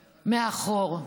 מאחור.